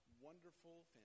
wonderful